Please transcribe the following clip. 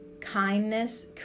kindness